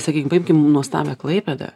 sakykim paimkim nuostabią klaipėdą